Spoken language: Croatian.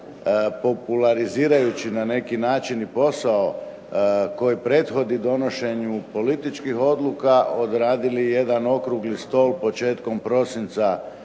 popularizirajući na neki način i posao koji prethodi donošenju političkih odluka odradili jedan okrugli stol početkom prosinca